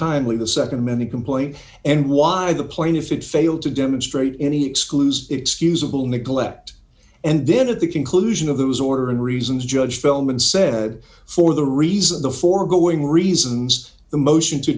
untimely the nd many complained and why the plaintiff it failed to demonstrate any excuse excusable neglect and then at the conclusion of those order and reasons judge feldman said for the reason the four growing reasons the motion to